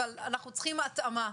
אבל אנחנו צריכים התאמה.